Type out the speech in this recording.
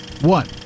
one